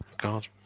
God